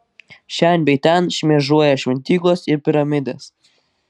šen bei ten šmėžuoja šventyklos ir piramidės